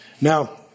now